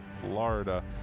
Florida